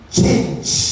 change